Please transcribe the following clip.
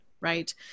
Right